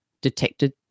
detected